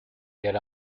get